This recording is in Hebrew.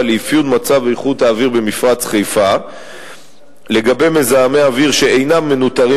לאפיון מצב איכות האוויר במפרץ חיפה לגבי מזהמי אוויר שאינם מנוטרים